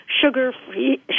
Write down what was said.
sugar-free